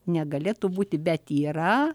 ne galėtų būti bet yra